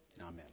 amen